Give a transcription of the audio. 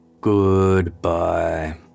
Goodbye